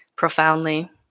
Profoundly